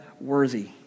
worthy